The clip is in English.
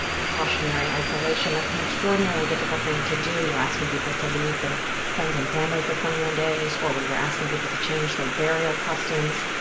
precautionary isolation, that's an extraordinarily difficult thing to do. you're asking people to leave their friends and family for twenty one days, or we were asking people to change their burial customs.